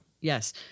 Yes